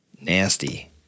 Nasty